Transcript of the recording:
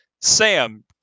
Sam